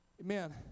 Amen